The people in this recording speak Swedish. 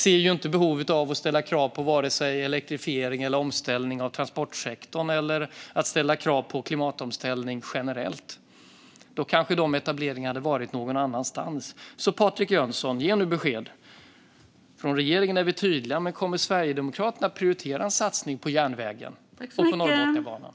De ser inte behovet av att ställa krav på vare sig elektrifiering eller omställning av transportsektorn eller att generellt sett ställa krav på klimatomställning. Dessa etableringar kanske i så fall hade skett någon annanstans. Ge nu besked, Patrik Jönsson! Regeringen är tydlig, men kommer Sverigedemokraterna att prioritera en satsning på järnvägen och Norrbotniabanan?